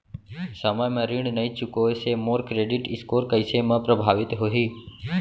समय म ऋण नई चुकोय से मोर क्रेडिट स्कोर कइसे म प्रभावित होही?